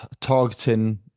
targeting